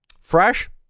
Fresh